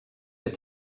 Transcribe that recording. est